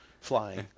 flying